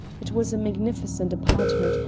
it was a magnificent apartment,